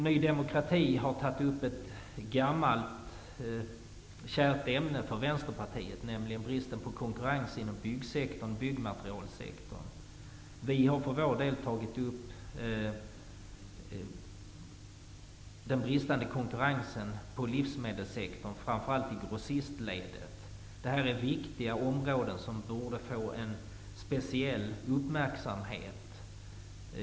Ny demokrati har tagit upp ett gammalt och för Vänsterpartiet kärt ämne, nämligen bristen på konkurrens inom bygg resp. byggmaterialsektorn. Vi har för vår del tagit upp frågan om den bristande konkurrensen inom livsmedelssektorn, framför allt i grossistledet. Dessa områden är viktiga och borde få speciell uppmärksamhet.